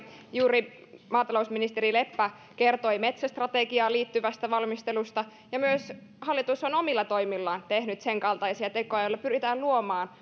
maatalousministeri leppä kertoi juuri metsästrategiaan liittyvästä valmistelusta ja myös hallitus on omilla toimillaan tehnyt sen kaltaisia tekoja joilla pyritään luomaan